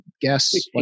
guess